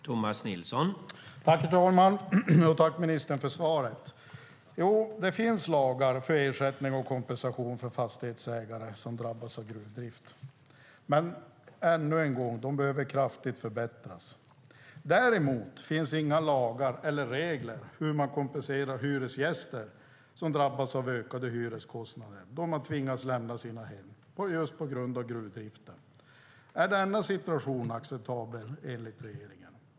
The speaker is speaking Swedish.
Herr talman! Jag tackar ministern för svaret. Jo, det finns lagar för ersättning och kompensation för fastighetsägare som drabbas av gruvdrift, men, ännu en gång, de behöver kraftigt förbättras. Däremot finns det inga lagar eller regler för hur man kompenserar hyresgäster som drabbas av ökade hyreskostnader då man tvingas lämna sina hem just på grund av gruvdrift. Är denna situation acceptabel enligt regeringen?